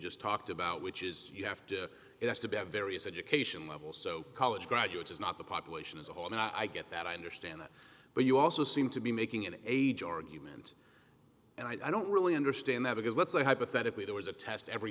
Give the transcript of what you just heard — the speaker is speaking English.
just talked about which is you have to it has to be various education level so college graduates is not the population as a whole and i get that i understand that but you also seem to be making an age argument and i don't really understand that because let's say hypothetically there was a test every